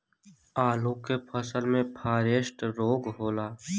आलू के फसल मे फारेस्ट रोग होला?